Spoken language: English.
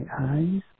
eyes